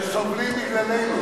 הם סובלים בגללנו.